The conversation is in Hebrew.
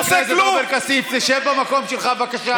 חבר הכנסת עופר כסיף, שב במקום שלך, בבקשה.